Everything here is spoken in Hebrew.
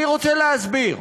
אני רוצה להסביר.